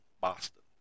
Boston